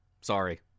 sorry